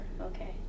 Okay